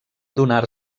donar